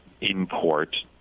import